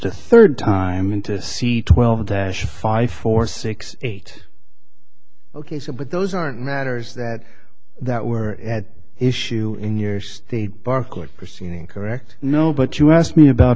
the third time in to see twelve five four six eight ok so but those aren't matters that that were at issue in years they bark like proceeding correct no but you asked me about